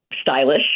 stylish